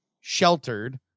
sheltered